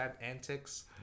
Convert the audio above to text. antics